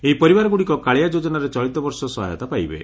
ଏହି ପରିବାରଗୁଡ଼ିକ କାଳିଆ ଯୋଜନାରେ ଚଳିତ ବର୍ଷ ସହାୟତା ପାଇବେ